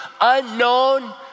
unknown